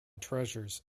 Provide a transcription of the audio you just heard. treasures